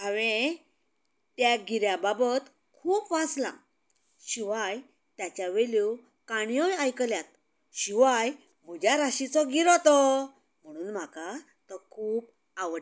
हांवें त्या गिऱ्या बाबतींत खूब वाचलां शिवाय ताच्या वयल्यो काणयोय आयकल्यात शिवाय म्हज्या राशीचो गिरो तो म्हणून म्हाका तो खूब आवडटां